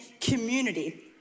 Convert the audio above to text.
community